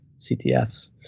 CTFs